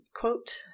quote